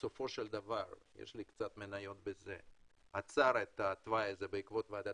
בסופו של דבר עצר את התוואי הזה בעקבות ועדת